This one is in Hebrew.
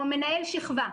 או מנהל שכבה,